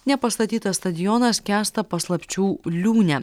nepastatytas stadionas skęsta paslapčių liūne